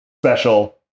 special